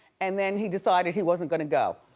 and then he decided he wasn't gonna go.